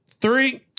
three